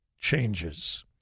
changes